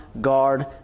guard